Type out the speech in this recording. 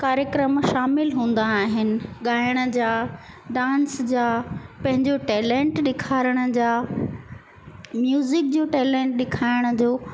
कार्यक्रम शामिल हूंदा आहिनि ॻाइण जा डांस जा पंहिंजो टैलेंट ॾेखारण जा म्यूज़िक जो टैलेंट ॾेखारण जो